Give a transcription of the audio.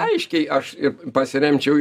aiškiai aš ir pasiremčiau